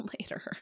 later